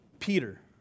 Peter